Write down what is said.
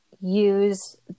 use